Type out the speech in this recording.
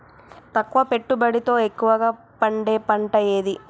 తక్కువ పెట్టుబడితో ఎక్కువగా పండే పంట ఏది?